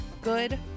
good